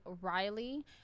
riley